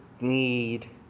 need